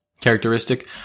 characteristic